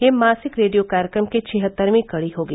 यह मासिक रेडियो कार्यक्रम की छिहत्तरवीं कडी होगी